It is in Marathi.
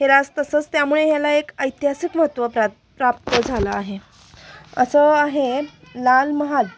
हेलास तसंच त्यामुळे हेला एक ऐतिहासिक महत्त्व प्रा प्राप्त झालं आहे असं आहे लाल महाल